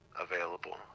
available